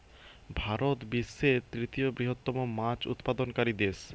ভারত বিশ্বের তৃতীয় বৃহত্তম মাছ উৎপাদনকারী দেশ